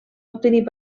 obtenint